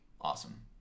awesome